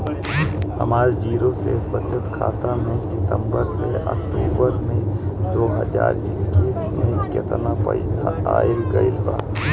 हमार जीरो शेष बचत खाता में सितंबर से अक्तूबर में दो हज़ार इक्कीस में केतना पइसा आइल गइल बा?